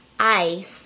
Ice